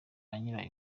nyirayo